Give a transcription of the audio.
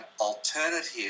alternative